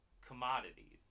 commodities